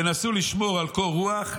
תנסו לשמור על קור רוח,